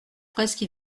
presque